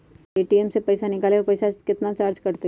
ATM से पईसा निकाले पर पईसा केतना चार्ज कटतई?